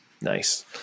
nice